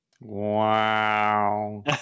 Wow